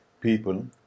people